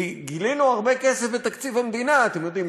כי גילינו הרבה כסף בתקציב המדינה אתם יודעים,